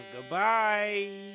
goodbye